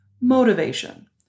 Motivation